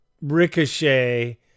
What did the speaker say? ricochet